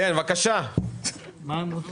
אנחנו מדברים רק על אוטובוסים